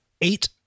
eight